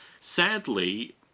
Sadly